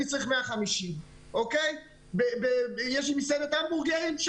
אני צריך 150. יש מסעדת המבורגרים,